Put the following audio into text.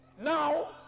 now